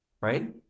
Right